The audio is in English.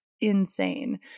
insane